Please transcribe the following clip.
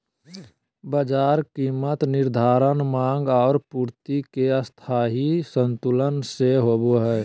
बाजार कीमत निर्धारण माँग और पूर्ति के स्थायी संतुलन से होबो हइ